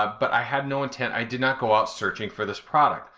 but i had no intent. i did not go out searching for this product.